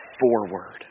forward